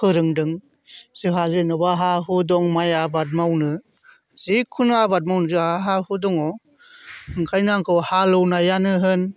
फोरोंदों जोंहा जेन'बा हा हु दं माइ आबाद मावनो जिखुनु आबाद मावनो जोहा हा हु दङ ओंखायनो आंखौ हालवएनायानो होन